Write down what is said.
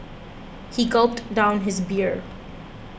he gulped down his beer